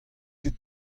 ket